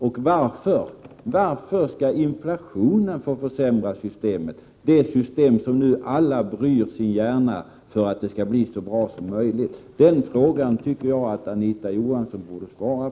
Och varför skall inflationen få försämra systemet, det system som alla nu bryr sin hjärna med för att det skall bli så bra som möjligt? Den frågan tycker jag att Anita Johansson borde svara på.